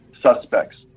suspects